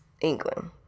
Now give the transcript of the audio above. England